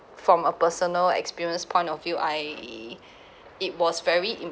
from a personal experience point of view I it it was very